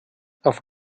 auf